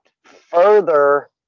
further